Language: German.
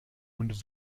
und